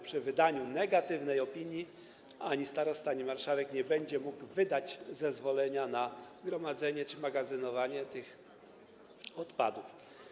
Przy wydaniu negatywnej opinii ani starosta, ani marszałek nie będzie mógł wydać zezwolenia na gromadzenie czy magazynowanie tych odpadów.